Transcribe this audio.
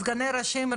משם.